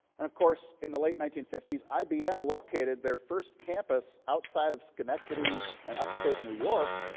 and, of course, in the late nineteen fifty s ibm located their first campus, outside of schenectady and upstate new york,